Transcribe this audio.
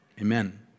Amen